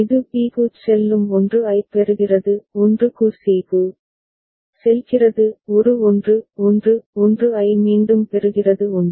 இது b க்குச் செல்லும் 1 ஐப் பெறுகிறது 1 க்கு c க்கு செல்கிறது ஒரு 1 1 1 ஐ மீண்டும் பெறுகிறது 1